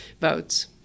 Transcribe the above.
votes